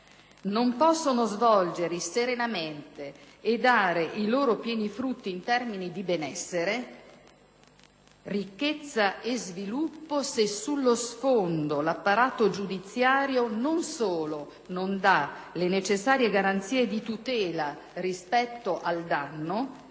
si possono svolgere serenamente e dare i loro pieni frutti in termini di benessere, ricchezza e sviluppo se sullo sfondo l'apparato giudiziario, non solo non dà le necessarie garanzie di tutela rispetto al danno,